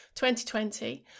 2020